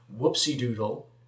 whoopsie-doodle